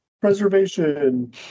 preservation